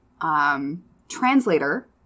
translator